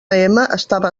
estava